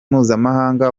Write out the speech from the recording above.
mpuzamahanga